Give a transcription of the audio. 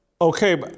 okay